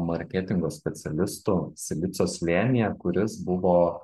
marketingo specialistų silicio slėnyje kuris buvo